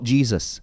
Jesus